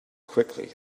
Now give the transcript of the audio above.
quickly